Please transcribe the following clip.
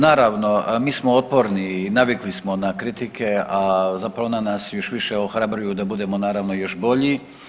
Naravno, mi smo otporni i navikli smo na kritike, a zapravo one nas još više ohrabruju da budemo naravno još bolji.